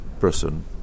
person